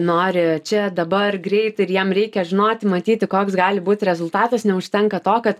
nori čia dabar greit ir jam reikia žinoti matyti koks gali būti rezultatas neužtenka to kad